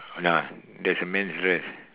nah there's a man's dress